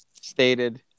stated